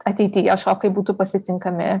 ateityje šokai būtų pasitinkami